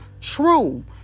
true